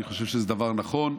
אני חושב שזה דבר נכון,